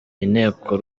inteko